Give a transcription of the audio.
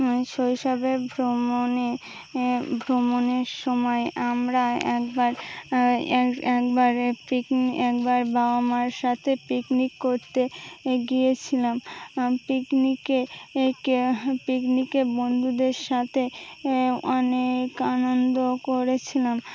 শৈশবে ভ্রমণে ভ্রমণের সময় আমরা একবার একবারে পিকনিক একবার বাবা মার সাথে পিকনিক করতে গিয়েছিলাম পিকনিকে পিকনিকে বন্ধুদের সাথে অনেক আনন্দ করেছিলাম